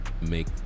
make